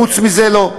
חוץ מזה לא.